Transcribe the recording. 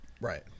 Right